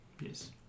Yes